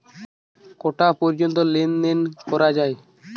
কটা পর্যন্ত লেন দেন করা য়ায়?